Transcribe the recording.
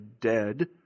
Dead